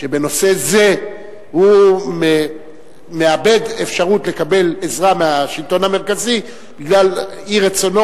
שבנושא זה הוא מאבד אפשרות לקבל עזרה מהשלטון המרכזי בגלל אי-רצונו